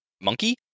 Monkey